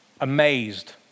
Amazed